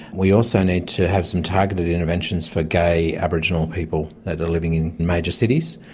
we also need to have some targeted interventions for gay aboriginal people that are living in major cities,